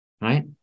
right